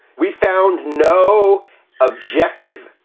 we found no objective,